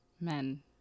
men